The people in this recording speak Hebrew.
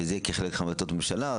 וזה יהיה חלק מהחלטות הממשלה.